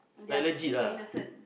they're super innocent